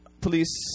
police